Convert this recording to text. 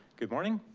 good morning,